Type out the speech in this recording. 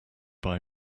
buy